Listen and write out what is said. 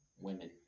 women